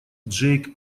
джейк